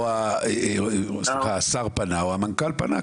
או שהמנכ"ל פנה,